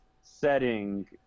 setting